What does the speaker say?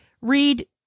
read